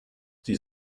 sie